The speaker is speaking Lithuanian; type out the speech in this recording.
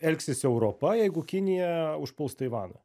elgsis europa jeigu kinija užpuls taivaną